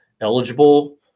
eligible